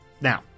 Now